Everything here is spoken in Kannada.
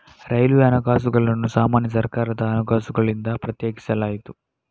ರೈಲ್ವೆ ಹಣಕಾಸುಗಳನ್ನು ಸಾಮಾನ್ಯ ಸರ್ಕಾರದ ಹಣಕಾಸುಗಳಿಂದ ಪ್ರತ್ಯೇಕಿಸಲಾಯಿತು